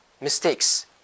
mistakes